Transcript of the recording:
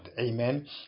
amen